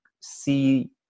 see